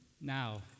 now